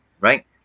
right